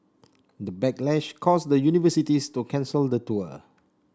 the backlash caused the universities to cancel the tour